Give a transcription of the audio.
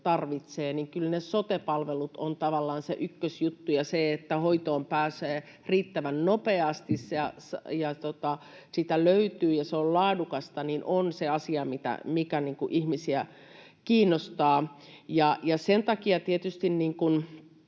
tarvitsevat, niin kyllä ne sote-palvelut ovat tavallaan se ykkösjuttu. Ja se, että hoitoon pääsee riittävän nopeasti ja sitä löytyy ja se on laadukasta, on se asia, mikä ihmisiä kiinnostaa. Sen takia tietysti,